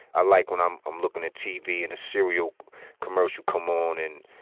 i like when i'm i'm looking at tv and a cereal commercial come on and,